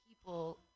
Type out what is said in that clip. people